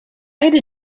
ate